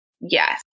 Yes